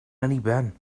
anniben